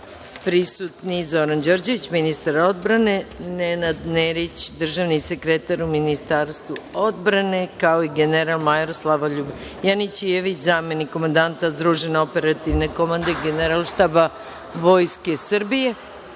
prisutni Zoran Đorđević ministar odbrane, Nenad Nerić državni sekretar u Ministarstvu odbrane, kao i general major Slavoljub Janićijević zamenik komandanta Združene operativne komande Generalštaba Vojske Srbije,